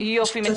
על